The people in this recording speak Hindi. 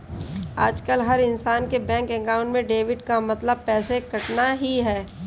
आजकल हर इन्सान के बैंक अकाउंट में डेबिट का मतलब पैसे कटना ही है